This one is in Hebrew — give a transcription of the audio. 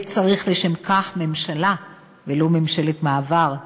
וצריך לשם כך ממשלה ולא ממשלת מעבר,